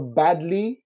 badly